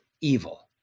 evil